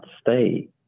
stay